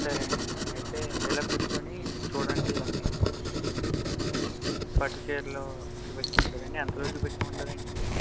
సరేనండి అయితే ఇలా కూర్చుని చూడండి ఇవన్నీ పట్టు చీరలు చూపించమంటారండీ ఎంతలో చూపించమంటారండీ